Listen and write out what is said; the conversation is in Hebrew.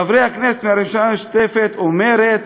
חברי הכנסת מהרשימה המשותפת ומרצ,